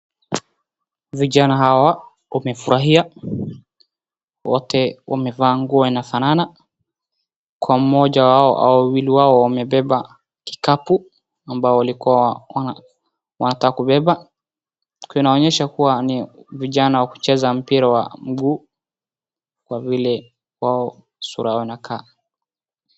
Vijana hawa wamefurahia. Wote wamevaa nguo inafanana. Kwa mmoja wao au wawili wao wamebeba kikapu ambao walikuwa wanataka kubeba. Kinaonyesha kuwa ni vijana wa kucheza mpira wa mguu kwa vile wao sura yao inakaa.